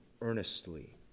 earnestly